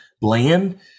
bland